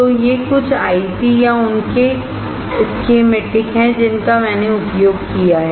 तो ये कुछ IC या उनके स्कीमेटिक हैं जिनका मैंने उपयोग किया है